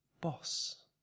boss